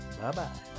Bye-bye